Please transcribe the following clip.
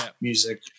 music